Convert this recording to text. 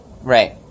Right